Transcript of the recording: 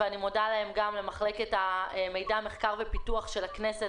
ואני מודה להם למרכז המחקר והמידע של הכנסת.